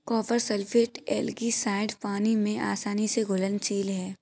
copper sulphate algicide पानी में आसानी से घुलनशील है